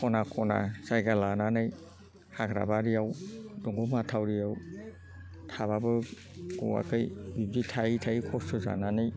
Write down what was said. खना खना जायगा लानानै हाग्रा बारियाव दंग' माथावरियाव थाबाबो गवाखै बिब्दि थायै थायै खस्थ' जानानै